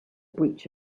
breach